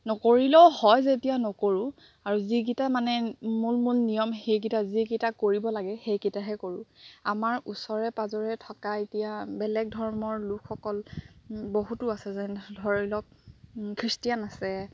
নকৰিলেও হয় যেতিয়া নকৰোঁ আৰু যিকেইটা মানে মূল মূল নিয়ম সেইকেইটা যিকেইটা কৰিব লাগে সেইকেইটাহে কৰোঁ আমাৰ ওচৰে পাঁজৰে থকা এতিয়া বেলেগ ধৰ্মৰ লোকসকল বহুতো আছে যেন ধৰি লওক খ্ৰীষ্টিয়ান আছে